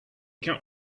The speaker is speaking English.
count